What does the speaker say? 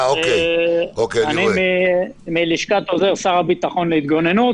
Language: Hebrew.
אני מלשכת עוזר שר הביטחון להתגוננות.